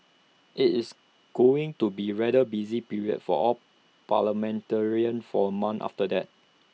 it's going to be rather busy period for all parliamentarians for A month after that